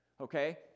okay